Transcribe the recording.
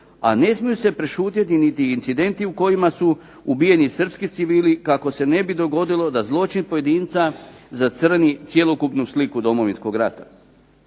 A ne smiju se prešutjeti niti incidenti u kojima su ubijeni srpski civili kako se ne bi dogodilo da zločin pojedinca zacrni cjelokupnu sliku Domovinskog rata.